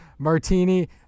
martini